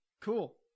Cool